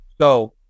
So-